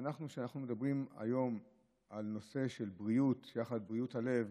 כשאנחנו מדברים היום על נושא של בריאות יחד עם בריאות הלב,